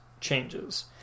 changes